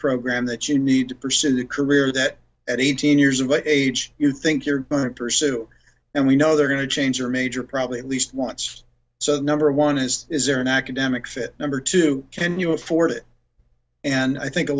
program that you need to pursue the career that at eighteen years of age you think your current pursuit and we know they're going to change your major probably at least once so number one is is there an academic fit number two can you afford it and i think a